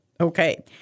Okay